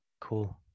Cool